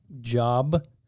job